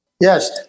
Yes